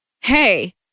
Hey